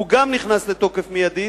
הוא נכנס לתוקף מיידית,